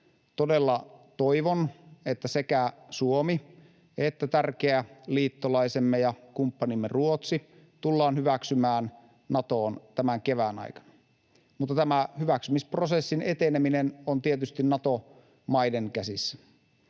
Todella toivon, että sekä Suomi että tärkeä liittolaisemme ja kumppanimme Ruotsi tullaan hyväksymään Natoon tämän kevään aikana, mutta tämän hyväksymisprosessin eteneminen on tietysti Nato-maiden käsissä.